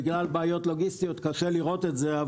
בגלל בעיות לוגיסטיות קשה לראות את זה,